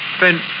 Ben